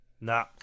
Nah